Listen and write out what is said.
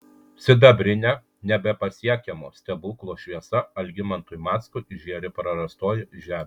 sidabrine nebepasiekiamo stebuklo šviesa algimantui mackui žėri prarastoji žemė